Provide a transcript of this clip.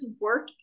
work